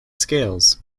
scales